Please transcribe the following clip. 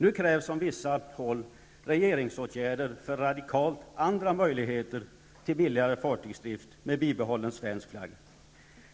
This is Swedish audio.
Nu krävs från vissa håll regeringsåtgärder för radikalt andra möjligheter till billigare fartygsdrift med bibehållen svensk flagg.